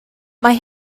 mae